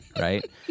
right